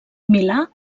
milà